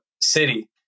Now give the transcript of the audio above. city